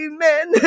Amen